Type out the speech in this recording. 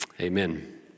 Amen